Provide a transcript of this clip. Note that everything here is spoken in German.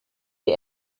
wir